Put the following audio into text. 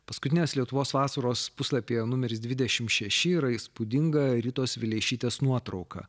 paskutinės lietuvos vasaros puslapyje numeris dvidešimt šeši yra įspūdinga ritos vileišytės nuotrauka